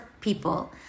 people